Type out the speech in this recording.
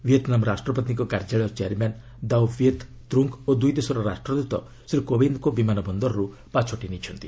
Vietnam ରାଷ୍ଟ୍ରପତିଙ୍କ କାର୍ଯ୍ୟାଳୟ chairman Dao Viet Trung ଓ ଦୁଇ ଦେଶର ରାଷ୍ଟ୍ରଦୂତ ଶ୍ରୀ କୋବିନ୍ଦ୍କୁ ବିମାନ ବନ୍ଦରରୁ ପାଛୋଟି ନେଇଛନ୍ତି